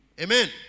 Amen